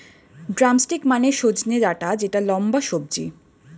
drumstick মানে সজনে ডাটা যেটা লম্বা সবজি